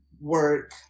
work